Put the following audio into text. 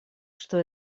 что